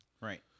Right